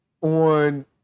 on